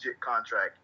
contract